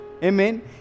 Amen